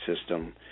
system